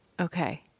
Okay